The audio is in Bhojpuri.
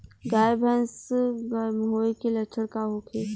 गाय भैंस गर्म होय के लक्षण का होखे?